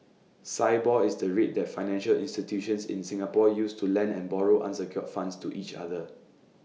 Sibor is the rate that financial institutions in Singapore use to lend and borrow unsecured funds to each other